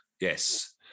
Yes